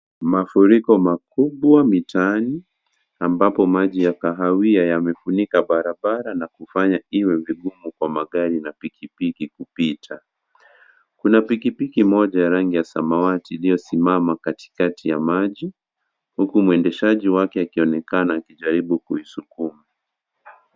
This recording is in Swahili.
Mafuriko makubwa mitaani ambayo maji ya kahawia yamefumika barabara na kufanya iwe vigumu kwa magari na pikipiki kupita, kuna pikipiki mmoja ya rangi ya samawati iliyosimama katikati ya maji huku mwendeshaji wake akionekana akijaribu kuisukuma.